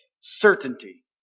certainty